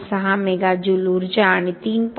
6 mega joule ऊर्जा आणि 3